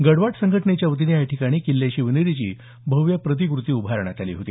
गडवाट संघटनेच्या वतीनं या ठिकाणी किल्ले शिवनेरीची भव्य प्रतिकृती उभारण्यात आली होती